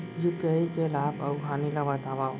UPI के लाभ अऊ हानि ला बतावव